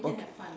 okay